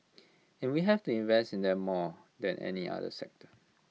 and we have to invest in them more than any other sector